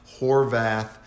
Horvath